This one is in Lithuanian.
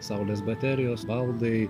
saulės baterijos baldai